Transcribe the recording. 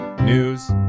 News